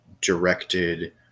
directed